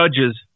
judges